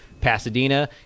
Pasadena